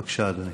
בבקשה, אדוני.